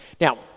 Now